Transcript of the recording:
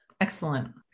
excellent